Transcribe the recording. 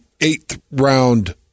eighth-round